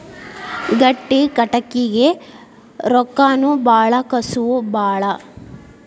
ಗಟ್ಟಿ ಕಟಗಿಗೆ ರೊಕ್ಕಾನು ಬಾಳ ಕಸುವು ಬಾಳ